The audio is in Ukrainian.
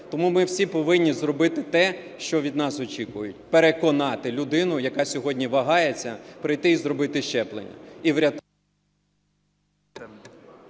Тому ми всі повинні зробити те, що від нас очікують – переконати людину, яка сьогодні вагається, прийти і зробити щеплення.